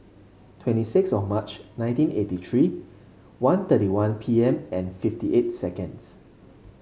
twenty six of March nineteen eighty three one thirty one P M and fifty eight seconds